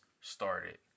started